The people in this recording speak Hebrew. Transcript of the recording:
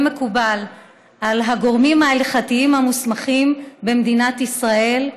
מקובל על הגורמים ההלכתיים המוסמכים במדינת ישראל,